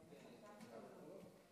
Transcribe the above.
אני רוצה להתחיל דווקא במקרה ספציפי.